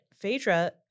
Phaedra